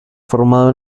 formado